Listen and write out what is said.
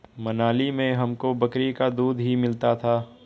मनाली में हमको बकरी का दूध ही मिलता था